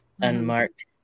unmarked